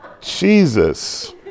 Jesus